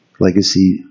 legacy